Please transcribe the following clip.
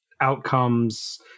outcomes